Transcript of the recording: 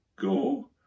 Go